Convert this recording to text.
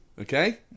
Okay